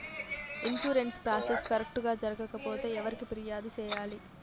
insurance process correct గా జరగకపోతే ఎవరికి ఫిర్యాదు సేయాలి